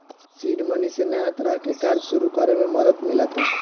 seed money से नया तरह के कार्य सुरू करे में मदद मिलता